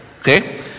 Okay